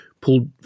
pulled